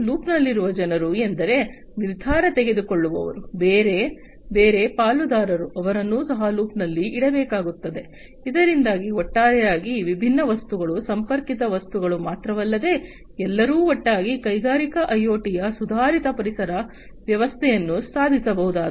ಲೂಪ್ನಲ್ಲಿರುವ ಜನರು ಎಂದರೆ ನಿರ್ಧಾರ ತೆಗೆದುಕೊಳ್ಳುವವರು ಬೇರೆ ಬೇರೆ ಪಾಲುದಾರರು ಅವರನ್ನು ಸಹ ಲೂಪ್ನಲ್ಲಿ ಇಡಬೇಕಾಗುತ್ತದೆ ಇದರಿಂದಾಗಿ ಒಟ್ಟಾರೆಯಾಗಿ ಈ ವಿಭಿನ್ನ ವಸ್ತುಗಳು ಸಂಪರ್ಕಿತ ವಸ್ತುಗಳು ಮಾತ್ರವಲ್ಲದೆ ಎಲ್ಲರೂ ಒಟ್ಟಾಗಿ ಕೈಗಾರಿಕಾ ಐಒಟಿಯ ಸುಧಾರಿತ ಪರಿಸರ ವ್ಯವಸ್ಥೆಯನ್ನು ಸಾಧಿಸಬಹುದಾದ